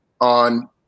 on